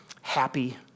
happy